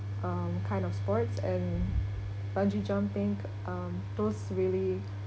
um kind of sports and bungee jumping ki~ um those really